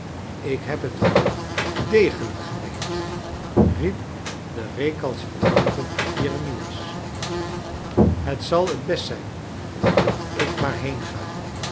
ik heb het we degelijk geineend i rie p de recalcitrant e jeremias het zal het best zijn dat ik maar heenga